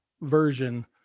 version